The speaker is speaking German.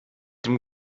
dem